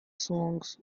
songs